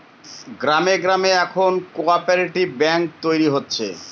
গ্রামে গ্রামে এখন কোঅপ্যারেটিভ ব্যাঙ্ক তৈরী হচ্ছে